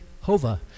hova